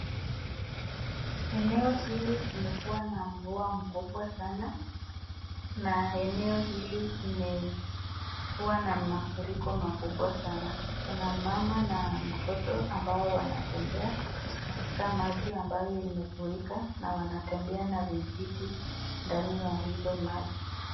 Eneo hili kumekuwa na mvua mkubwa sana na eneo hili imekuwa na mafuriko makubwa sana. Kuna mama na mtoto ambao wanatembea katika maji ambayo imefurika na wanatembea na vijiti ndani ya hizo maji.